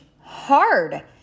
hard